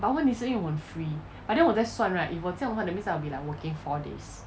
but 问题是因为我很 free but then 我在算 right if 我这样的或 that means I'll be like working four days